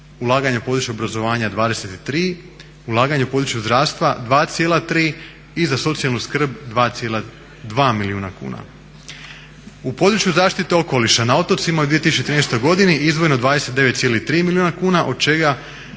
U području zaštite okoliša na otocima u 2013. godini izdvojeno je 29,3 milijuna kuna, od čega